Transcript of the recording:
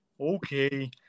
Okay